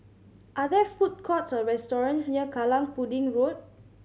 are there food courts or restaurants near Kallang Pudding Road